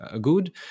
good